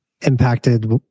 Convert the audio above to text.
impacted